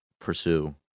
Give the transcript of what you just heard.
pursue